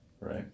right